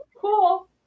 cool